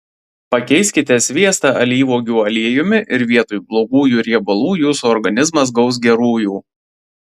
pakeiskite sviestą alyvuogių aliejumi ir vietoj blogųjų riebalų jūsų organizmas gaus gerųjų